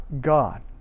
God